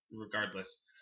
regardless